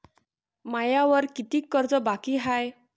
मायावर कितीक कर्ज बाकी हाय?